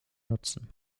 nutzen